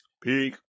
Peak